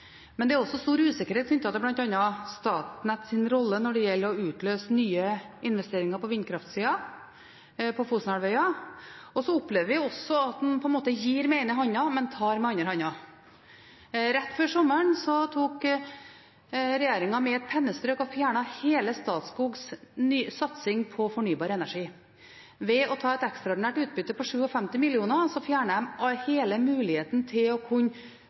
Men det er også stor usikkerhet knyttet til bl.a. Statnetts rolle når det gjelder å utløse nye investeringer på vindkraftsida, på Fosenhalvøya. Så opplever vi også at man på en måte gir med den ene hånda og tar med den andre hånda. Rett før sommeren fjernet regjeringen med et pennestrøk hele Statskogs satsing på fornybar energi. Ved å ta et ekstraordinært utbytte på 57 mill. kr fjernet de hele muligheten til å kunne